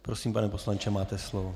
Prosím, pane poslanče, máte slovo.